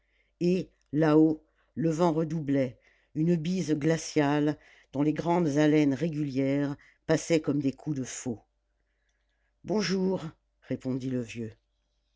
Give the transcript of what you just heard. et là-haut le vent redoublait une bise glaciale dont les grandes haleines régulières passaient comme des coups de faux bonjour répondit le vieux